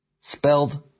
spelled